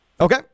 Okay